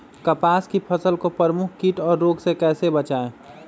कपास की फसल को प्रमुख कीट और रोग से कैसे बचाएं?